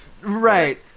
right